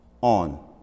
on